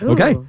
Okay